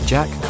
Jack